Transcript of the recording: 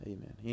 Amen